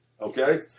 okay